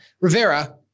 Rivera